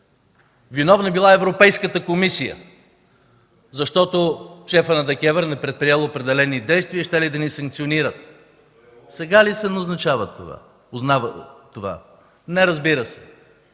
Виновна била Европейската комисия, защото шефът на ДКЕВР не предприел определени действия и щели да ни санкционират. Сега ли се узнава това? Не, разбира се.